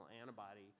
antibody